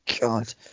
God